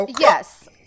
Yes